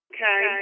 Okay